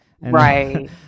right